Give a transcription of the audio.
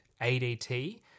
ADT